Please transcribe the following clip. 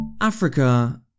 Africa